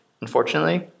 unfortunately